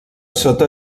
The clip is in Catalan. sota